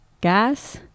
gas